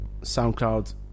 Soundcloud